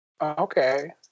Okay